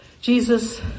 Jesus